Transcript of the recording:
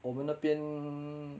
我们那边